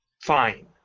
fine